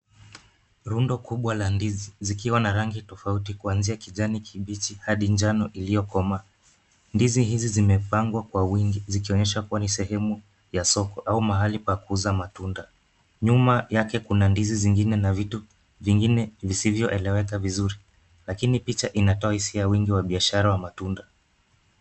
Rundo kubwa la ndizi zikiwa na rangi tofauti kuazia kijani kibichi hadi njano iliyokomaa. Ndizi hizi zimepangwa kwa wingi zikionyesha kuwa ni sehemu ya soko au mahali pa kuuza matunda. Nyuma yake kuna ndizi zingine na vitu vingine visivyoeleweka vizuri lakini picha inatoa hisia ya wingi wa biashara ya matunda.